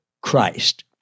Christ